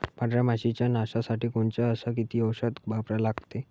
पांढऱ्या माशी च्या नाशा साठी कोनचं अस किती औषध वापरा लागते?